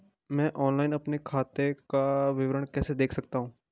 मैं ऑनलाइन अपने खाते का विवरण कैसे देख सकता हूँ?